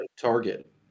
target